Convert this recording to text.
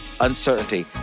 uncertainty